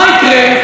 מה יקרה?